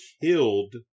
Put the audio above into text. killed